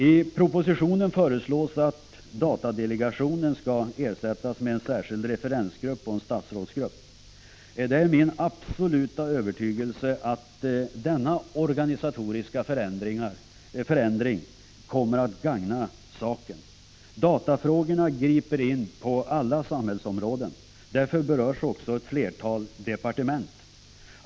I propositionen föreslås att datadelegationen skall ersättas med en särskild referensgrupp och en statsrådsgrupp. Det är min absoluta övertygelse att denna organisatoriska förändring kommer att gagna saken. Datafrågorna griper in på alla samhällsområden. Därför berörs också ett flertal departe I ment.